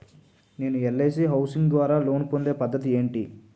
నేను LIC housing ద్వారా loan పొందే పద్ధతి ఏంటి?